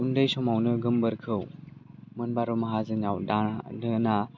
उन्दै समावनो गोमबोरखौ मोनबारु माहाजोननाव दाहोना दोना